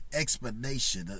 explanation